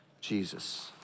Jesus